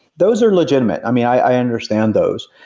those are legitimate. i mean, i understand those.